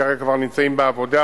וכרגע כבר נמצאים בעבודה,